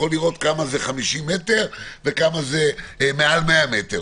לראות כמה זה 50 מ"ר וכמה זה מעל 100 מ"ר.